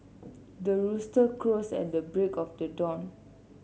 the rooster crows at the break of the dawn